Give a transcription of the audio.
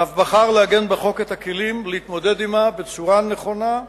ואף בחר לעגן בחוק את הכלים להתמודד עמה בצורה נכונה,